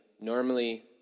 normally